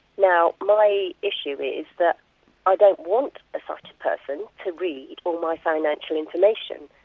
now my issue is that i don't want a sighted person to read all my financial information,